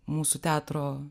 mūsų teatro